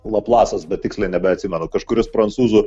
laplasas bet tiksliai nebeatsimenu kažkuris prancūzų